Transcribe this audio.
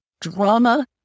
drama